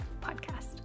Podcast